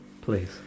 Please